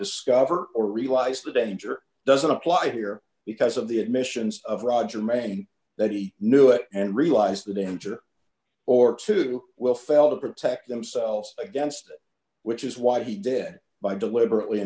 discover or realize the danger doesn't apply here because of the admissions of roger manning that he knew it and realize that injure or two will fail to protect themselves against it which is why he dead by deliberately